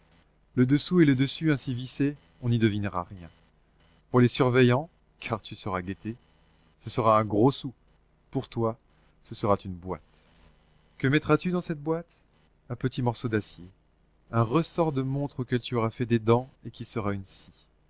le dessous et le dessus ainsi vissés on n'y devinera rien pour les surveillants car tu seras guetté ce sera un gros sou pour toi ce sera une boîte que mettras tu dans cette boîte un petit morceau d'acier un ressort de montre auquel tu auras fait des dents et qui sera une scie